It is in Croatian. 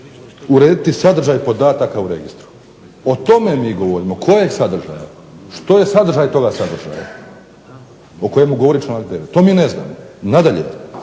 urediti sadržaj podataka u registru. O tome mi govorimo. Kojeg sadržaja? Što je sadržaj toga sadržaja o kome govori članak 9.? To mi ne znamo. Nadalje,